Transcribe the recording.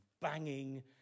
banging